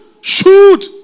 shoot